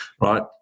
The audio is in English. Right